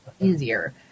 easier